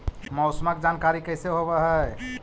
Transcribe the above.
मौसमा के जानकारी कैसे होब है?